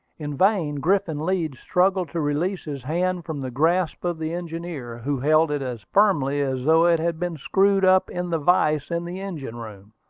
in vain griffin leeds struggled to release his hand from the grasp of the engineer, who held it as firmly as though it had been screwed up in the vise in the engine-room.